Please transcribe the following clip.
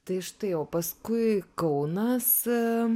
tai štai o paskui kaunasi